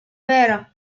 vera